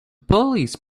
police